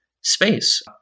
space